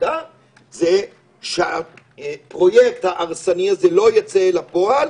מהוועדה זה שהפרויקט ההרסני הזה לא יצא לפועל,